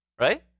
Right